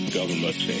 government